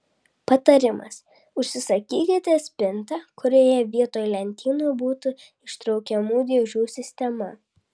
patarimas užsisakykite spintą kurioje vietoj lentynų būtų ištraukiamų dėžių sistema